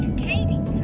katie's